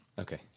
Okay